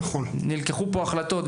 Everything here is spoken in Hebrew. נלקחו פה החלטות,